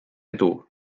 edu